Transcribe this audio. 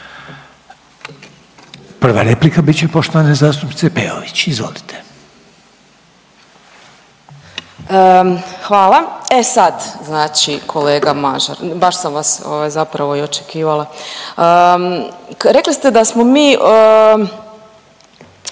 Prva replika bit će poštovane zastupnice Peović. Izvolite. **Peović, Katarina (RF)** Hvala. E sad znači kolega Mažar, baš sam vas zapravo i očekivala. Rekli ste da smo mi